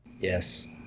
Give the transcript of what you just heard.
Yes